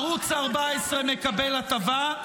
ערוץ 14 מקבל הטבה.